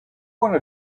wanna